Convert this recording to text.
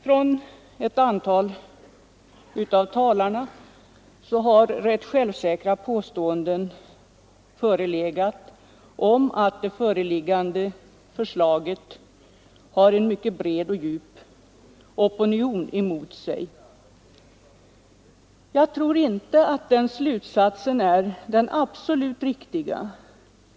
Från ett antal talare har rätt självsäkra påståenden gjorts om att det mot föreliggande förslag finns en mycket bred och djup opinion. Jag tror inte att den slutsatsen är den absolut riktiga.